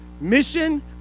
mission